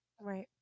Right